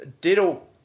diddle